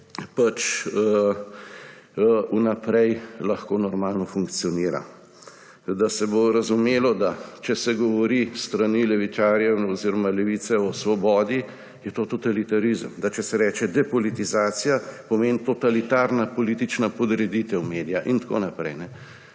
se vnaprej lahko normalno funkcionira. Da se bo razumelo, da, če se govori s strani levičarjev oziroma levice o svobodi, je to totalitarizem. Da če se reče depolitizacija, pomeni totalitarna politična podreditev medija, in tako naprej.